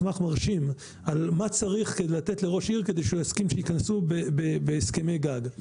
מסמך מרשים על מה צריך לתת לראש עיר כדי שהוא יסכים שייכנסו בהסכמי גג.